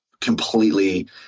completely